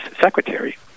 secretary